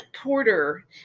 Porter